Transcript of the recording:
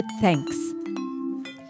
thanks